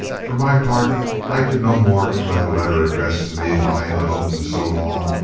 for my part i could no more let a letter addressed to me lie unopened so long,